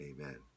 amen